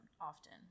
often